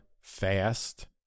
fast